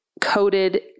coated